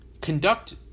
conduct